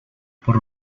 por